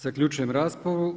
Zaključujem raspravu.